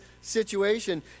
situation